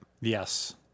Yes